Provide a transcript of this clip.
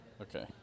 Okay